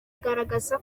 agaragaza